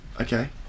okay